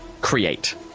create